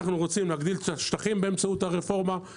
אנחנו רוצים להגדיל את השטחים באמצעות הרפורמה,